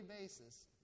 basis